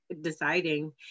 deciding